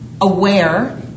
aware